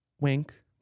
Wink